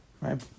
right